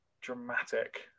dramatic